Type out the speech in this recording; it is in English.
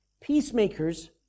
Peacemakers